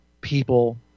people